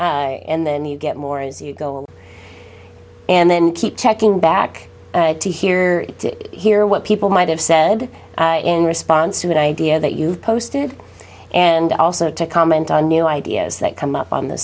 and then you get more as you go on and then keep checking back to hear to hear what people might have said in response to an idea that you posted and also to comment on new ideas that come up on the